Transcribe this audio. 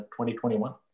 2021